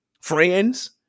friends